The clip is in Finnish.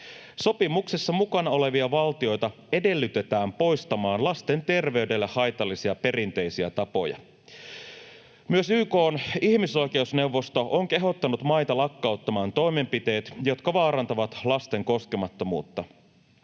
Sopimuksessa mukana olevia valtioita edellytetään poistamaan lasten terveydelle haitallisia perinteisiä tapoja. Myös YK:n ihmisoikeusneuvosto on kehottanut maita lakkauttamaan toimenpiteet, jotka vaarantavat lasten koskemattomuutta.